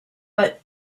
but